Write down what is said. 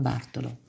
Bartolo